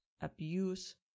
abuse